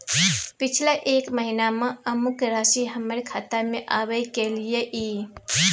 पिछला एक महीना म अमुक राशि हमर खाता में आबय कैलियै इ?